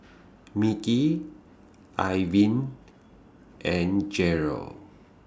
Mickie Irvin and Jeryl